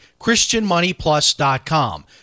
christianmoneyplus.com